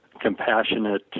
compassionate